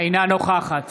אינה נוכחת